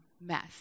mess